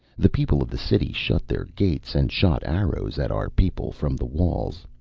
the people of the city shut their gates and shot arrows at our people from the walls.